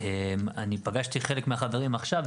אני פגשתי חלק מהחברים עכשיו.